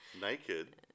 naked